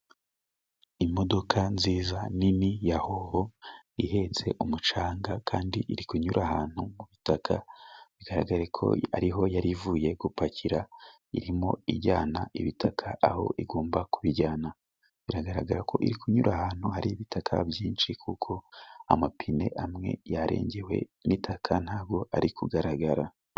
Imodoka nziza nini ya hoho，ihetse umucanga，kandi iri kunyura ahantu mu bitaka. Bigaragare ko ariho yari ivuye gupakira， irimo ijyana ibitaka aho igomba kubijyana，biragaragara ko iri kunyura ahantu hari ibitaka byinshi，kuko amapine amwe yarengewe n'itaka ntabwo ari kugaragara.